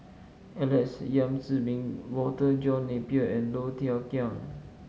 Alex Yam Ziming Walter John Napier and Low Thia Khiang